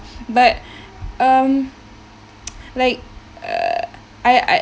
but um like uh I I